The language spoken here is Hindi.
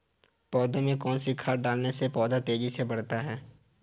पौधे में कौन सी खाद डालने से पौधा तेजी से बढ़ता है?